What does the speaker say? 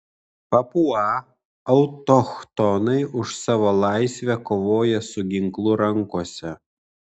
papua autochtonai už savo laisvę kovoja su ginklu rankose